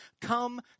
come